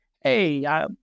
hey